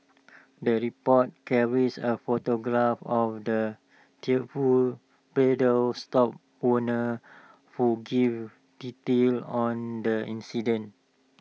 the report carries A photograph of the tearful bridal stop owner who give details on the incident